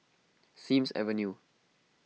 Sims Avenue